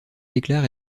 déclare